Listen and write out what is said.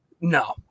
No